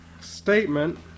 statement